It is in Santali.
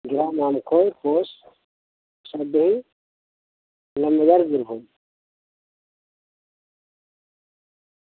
ᱜᱨᱟᱢ ᱟᱢᱠᱷᱳᱭ ᱯᱳᱥᱴ ᱨᱟᱭᱯᱩᱨ ᱤᱞᱟᱢ ᱵᱟᱡᱟᱨ ᱵᱤᱨᱵᱷᱩᱢ